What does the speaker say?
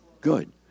Good